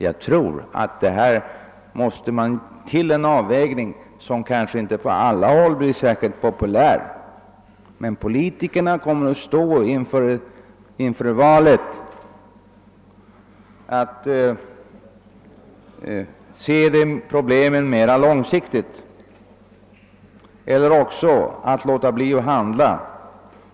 Jag tror det behövs en avvägning, som kanske inte blir särskilt populär på alla håll, men politikerna kommer att stå inför valet mellan att se problemen mera långsiktigt och att låta bli att handla.